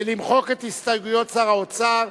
למחוק את הסתייגויות שר האוצר.